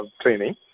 training